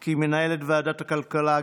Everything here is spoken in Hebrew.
כי מנהלת ועדת הכלכלה,